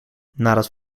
nadat